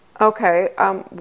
Okay